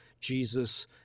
Jesus